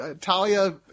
Talia